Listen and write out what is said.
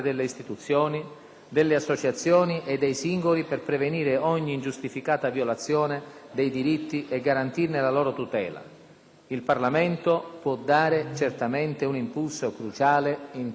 delle associazioni e dei singoli per prevenire ogni ingiustificata violazione dei diritti e garantirne la loro tutela. Il Parlamento può dare certamente un impulso cruciale in tale direzione.